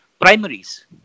primaries